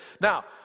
Now